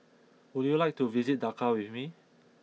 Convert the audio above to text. would you like to visit Dhaka with me